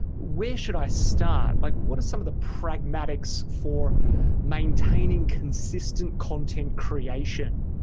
where should i start? like what are some of the pragmatics for maintaining consistent content creation?